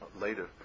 later